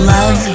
Love